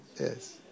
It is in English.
Yes